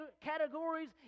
categories